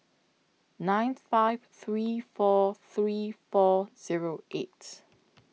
nine five three four three four Zero eight